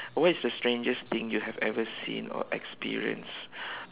what is the strangest thing you have ever seen or experienced